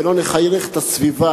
ולא נחנך את הסביבה,